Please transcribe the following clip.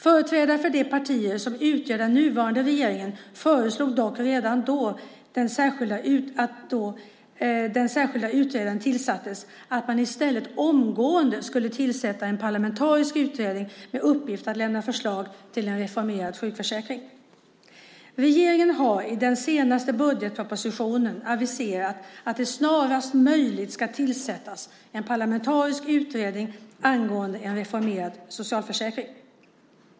Företrädare för de partier som utgör den nuvarande regeringen föreslog dock, redan då den särskilda utredaren tillsattes, att man i stället omgående skulle tillsätta en parlamentarisk utredning med uppgift att lämna förslag till en reformerad sjukförsäkring. Regeringen har i den senaste budgetpropositionen aviserat att det snarast möjligt ska tillsättas en parlamentarisk utredning angående en reformerad socialförsäkring.